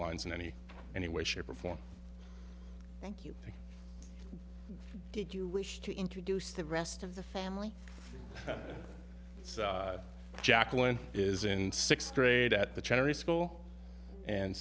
lines in any any way shape or form thank you get you wish to introduce the rest of the family jacqueline is in sixth grade at the cherry school and